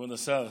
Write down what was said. כבוד השר,